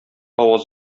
аваз